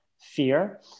fear